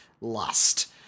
lust